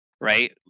right